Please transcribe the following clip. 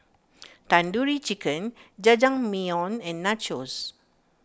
Tandoori Chicken Jajangmyeon and Nachos